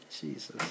Jesus